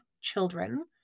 children